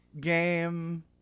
game